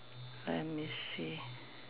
let me see